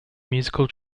musical